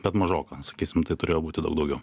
bet mažoka sakysim tai turėjo būti daug daugiau